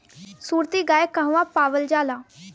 सुरती गाय कहवा पावल जाला?